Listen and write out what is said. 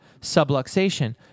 subluxation